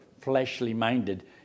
fleshly-minded